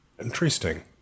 Interesting